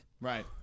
Right